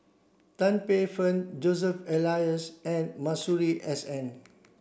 Tan Paey Fern Joseph Elias and Masuri S N